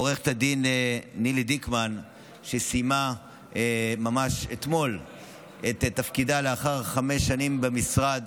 עו"ד נילי דיקמן סיימה ממש אתמול את תפקידה לאחר חמש שנים במשרד,